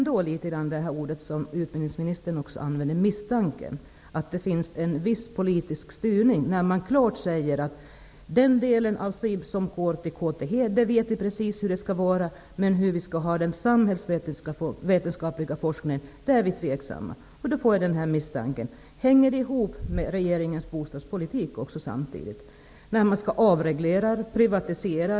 Det ord som utbildningsministern använde ger mig ändå misstanken att det finns en viss politisk styrning. Man säger klart att man vet hur den delen av SIB som går till KTH skall vara, men hur den samhällsvetenskapliga forskningen skall utformas är man mer tveksam till. Då får jag misstanken att detta hänger ihop med regeringens bostadspolitik, när man skall avreglera och privatisera.